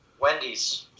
Wendy's